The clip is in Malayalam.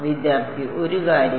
വിദ്യാർത്ഥി ഒരു കാര്യം